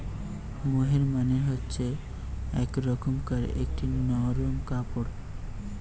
মোহের মানে হচ্ছে এক রকমকার একটি নরম কাপড়